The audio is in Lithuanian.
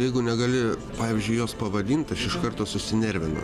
jeigu negali pavyzdžiui jos pavadint aš iš karto susinervinu